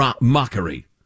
mockery